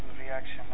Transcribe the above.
reaction